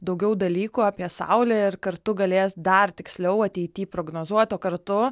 daugiau dalykų apie saulę ir kartu galės dar tiksliau ateity prognozuot o kartu